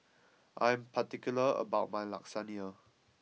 I am particular about my Lasagne